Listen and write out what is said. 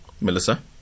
melissa